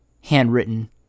handwritten